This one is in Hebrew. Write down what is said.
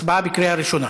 הצבעה בקריאה ראשונה.